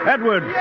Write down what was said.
Edward